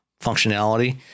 functionality